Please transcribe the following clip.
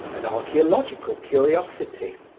an archaeological curiosity,